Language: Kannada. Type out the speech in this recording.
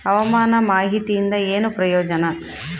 ಹವಾಮಾನ ಮಾಹಿತಿಯಿಂದ ಏನು ಪ್ರಯೋಜನ?